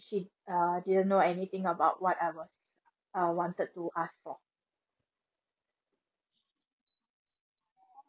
she uh didn't know anything about what I was uh wanted to ask for